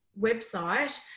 website